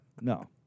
no